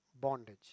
bondage